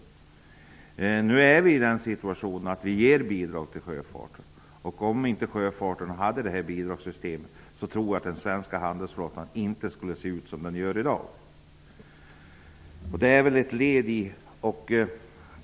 Nu ger vi bidrag till sjöfarten. Om inte detta bidragssystem fanns för sjöfarten skulle den svenska handelsflottan inte se ut som den gör i dag.